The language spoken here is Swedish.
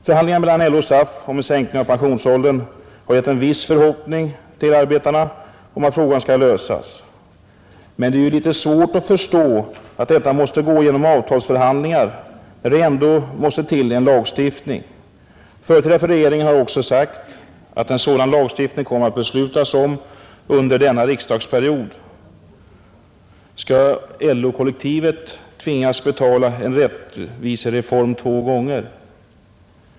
Förhandlingarna mellan LO och SAF om en sänkning av pensionsåldern har givit arbetarna en viss förhoppning om att frågan skall lösas, men det är ju litet svårt att förstå att detta skall ske genom avtalsförhandlingar, när det ändå måste till en lagstiftning. Företrädare för regeringen har också sagt att det kommer att beslutas om en sådan lagstiftning under denna riksdagsperiod. Skall LO-kollektivet tvingas betala en rättvisereform två gånger?